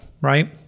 right